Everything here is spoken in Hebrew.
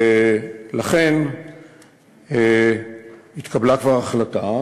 לכן התקבלה כבר החלטה,